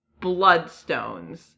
bloodstones